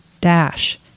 dash